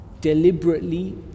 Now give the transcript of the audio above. deliberately